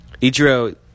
Ichiro